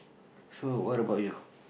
so what about you